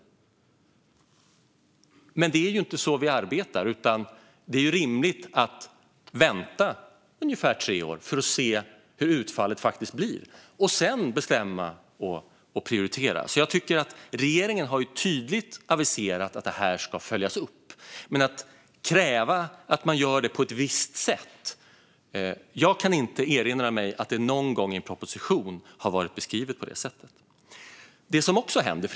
Men det är ju inte så vi arbetar, utan det är rimligt att vänta i ungefär tre år för att se hur utfallet faktiskt blir och sedan bestämma och prioritera. Jag tycker alltså att regeringen har tydligt aviserat att det här ska följas upp. När det gäller att kräva att det ska göras på ett visst sätt kan jag dock inte erinra mig att det någon gång har varit beskrivet på det sättet i en proposition.